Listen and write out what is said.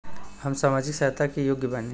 हम सामाजिक सहायता के योग्य बानी?